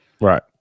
Right